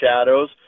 shadows